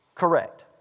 correct